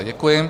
Děkuji.